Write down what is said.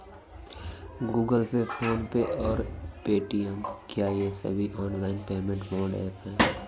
Google Pay PhonePe और Paytm क्या ये सभी ऑनलाइन पेमेंट मोड ऐप हैं?